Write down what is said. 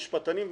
יתבעו אותנו.